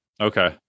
Okay